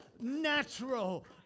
natural